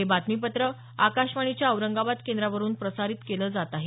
हे बातमीपत्र आकाशवाणीच्या औरंगाबाद केंद्रावरून प्रसारित केलं जात आहे